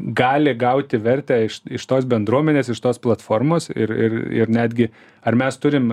gali gauti vertę iš iš tos bendruomenės iš tos platformos ir ir ir netgi ar mes turim